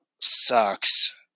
sucks